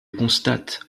constate